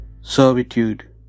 servitude